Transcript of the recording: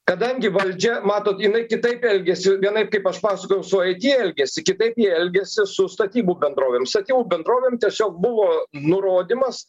kadangi valdžia matot jinai kitaip elgiasi vienaip kaip aš pasakojau su it elgiasi kitaip jie elgiasi su statybų bendrovėm statybų bendrovėm tiesiog buvo nurodymas